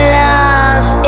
love